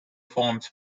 forms